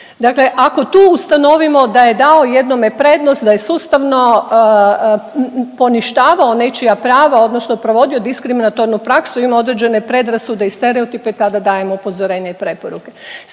Dakle ako to ustanovimo da je dao jednome prednost, da je sustavno poništavao nečija prava, odnosno provodio diskriminatornu praksu, imao određene predrasude i stereotipe, tada dajemo upozorenje i preporuke.